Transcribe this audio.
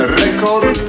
record